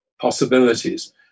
possibilities